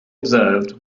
observed